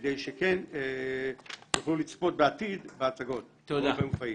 כדי שכן יוכלו לצפות בעתיד בהצגות באופן פעיל?